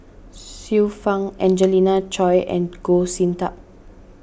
Xiu Fang Angelina Choy and Goh Sin Tub